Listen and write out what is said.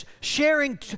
sharing